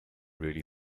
really